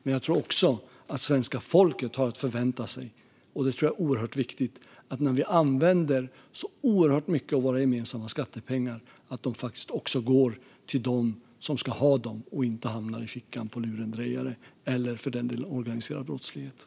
Men jag tror också att följande är oerhört viktigt: När vi använder så oerhört mycket av våra gemensamma skattepengar har svenska folket rätt att förvänta sig att pengarna faktiskt går till dem som ska ha dem. De ska inte hamna i fickan på lurendrejare eller, för den delen, organiserad brottslighet.